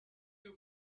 you